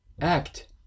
act